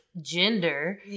gender